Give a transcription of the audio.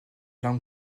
langue